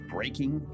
Breaking